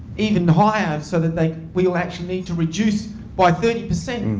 even higher so that they we'll actually need to reduce by thirty percent. and